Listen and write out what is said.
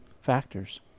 factors